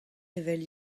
evel